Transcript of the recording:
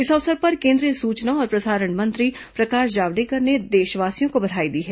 इस अवसर पर केन्द्रीय सूचना और प्रसारण मंत्री प्रकाश जावड़ेकर ने देशवासियों को बधाई दी हैं